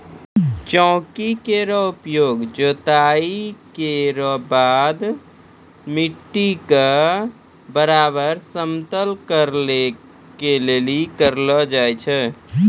चौकी केरो उपयोग जोताई केरो बाद मिट्टी क बराबर समतल करै लेलि करलो जाय छै